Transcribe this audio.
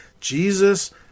Jesus